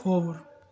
کھووُر